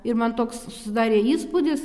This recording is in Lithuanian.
ir man toks susidarė įspūdis